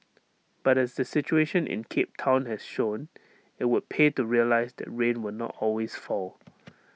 but as the situation in cape Town has shown IT would pay to realise that rain will not always fall